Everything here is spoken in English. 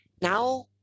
now